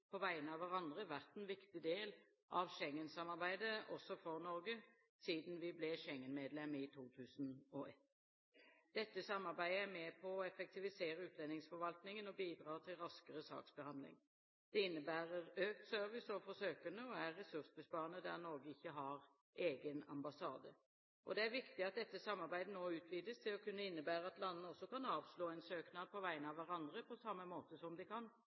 på vegne av hverandre, vært en viktig del av Schengen-samarbeidet også for Norge siden vi ble Schengen-medlem i 2001. Dette samarbeidet er med på å effektivisere utlendingsforvaltningen og bidrar til raskere saksbehandling. Det innebærer økt service overfor søkerne og er ressursbesparende der Norge ikke har egen ambassade. Det er viktig at dette samarbeidet nå utvides til å kunne innebære at landene også kan avslå en søknad på vegne av hverandre, på samme måte som de kan